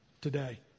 today